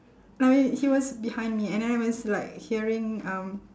I mean he was behind me and then I was like hearing um